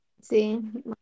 See